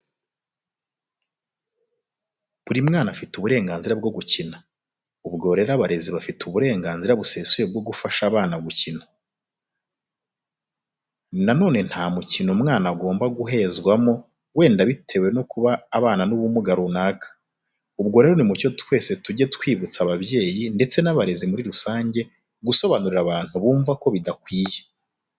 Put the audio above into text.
Buri mwana afite uburenganzira bwo gukina. Ubwo rero abarezi bafite uburenganzira busesuye bwo gufasha abana gukina. Na none nta mukino umwana agomba guhezwamo wenda bitewe no kuba abana n'ubumuga runaka. Ubwo rero ni mucyo twese tujye twibutsa ababyeyi ndetse n'abarezi muri rusange, gusobanurira abantu bumva ko bidakwiye.